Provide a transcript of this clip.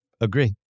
Agree